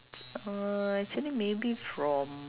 uh actually maybe from